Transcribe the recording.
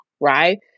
Right